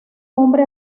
hombre